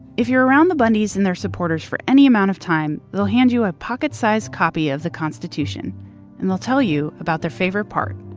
if you're around the bundys and their supporters for any amount of time, they'll hand you a pocket-size copy of the constitution and they'll tell you about their favorite part,